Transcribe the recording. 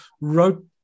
wrote